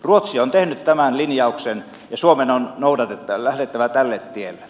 ruotsi on tehnyt tämän linjauksen ja suomen on lähdettävä tälle tielle